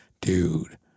dude